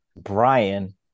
Brian